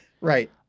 Right